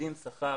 מסבסדים שכר